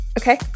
Okay